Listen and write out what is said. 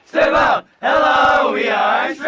step out! hello! yeah